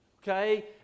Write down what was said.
Okay